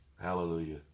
Hallelujah